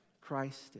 Christ